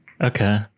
Okay